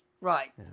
right